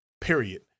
period